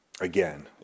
again